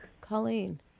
Colleen